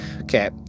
Okay